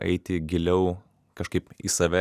eiti giliau kažkaip į save